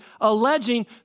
alleging